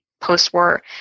post-war